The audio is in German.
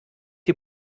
die